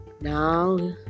Now